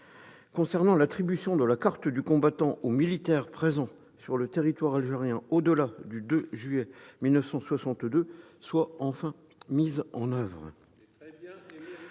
concernant l'attribution de la carte du combattant aux militaires présents sur le territoire algérien au-delà du 2 juillet 1962 soit enfin mise en oeuvre.